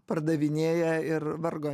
pardavinėja ir vargo